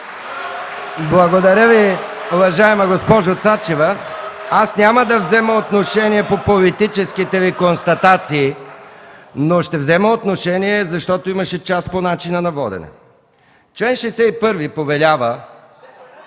Благодаря Ви, уважаема госпожо Цачева. Няма да взема отношение по политическите Ви констатации, но ще взема отношение, защото имаше част по начина на водене. ЦЕЦКА ЦАЧЕВА